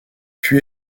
puis